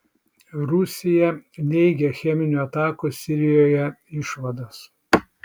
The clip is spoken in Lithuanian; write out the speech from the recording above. rusija neigia cheminių atakų sirijoje išvadas